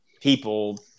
people